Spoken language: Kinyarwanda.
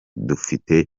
dufite